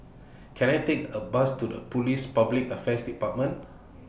Can I Take A Bus to The Police Public Affairs department